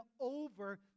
over